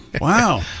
wow